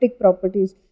properties